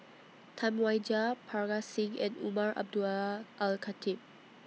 Tam Wai Jia Parga Singh and Umar Abdullah Al Khatib